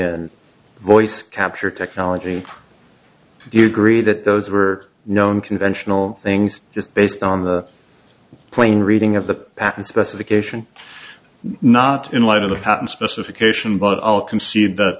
and voice capture technology do you agree that those were known conventional things just based on the plain reading of the patent specification not in light of the patent specification but i'll concede that